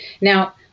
Now